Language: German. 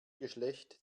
geschlecht